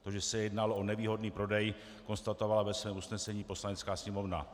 To, že se jednalo o nevýhodný prodej, konstatovala ve svém usnesení Poslanecká sněmovna.